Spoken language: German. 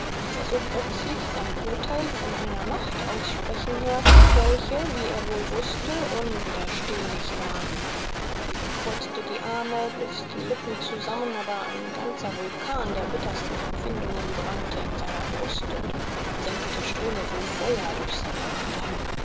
als er so plötzlich sein urtheil von einer gewalt ausgesprochen hörte gegen die kein widerstand möglich war er preßte die lippen krampfhaft zusammen und ein ganzer vulkan bitterer empfindungen brannte in seinem busen und sandte feuerströme durch seine adern